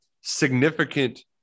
significant